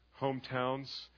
hometowns